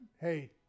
hey